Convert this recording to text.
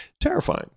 Terrifying